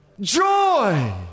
joy